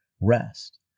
rest